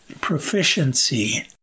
Proficiency